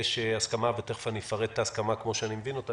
יש הסכמה ואני תכף אפרט אותה כמו שאני מבין אותה.